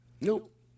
nope